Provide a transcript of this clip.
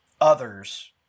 others